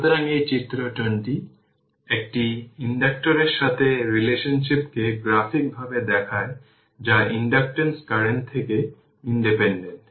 সুতরাং এই চিত্র 20 একটি ইন্ডাক্টর এর সাথে রিলেশনশিপকে গ্রাফিক ভাবে দেখায় যা ইন্ডাকটেন্স কারেন্ট থেকে ইন্ডিপেন্ডেন্ট